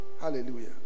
Hallelujah